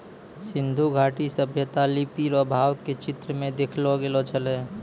सिन्धु घाटी सभ्यता लिपी रो भाव के चित्र मे देखैलो गेलो छलै